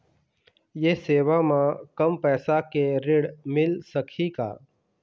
ये सेवा म कम पैसा के ऋण मिल सकही का?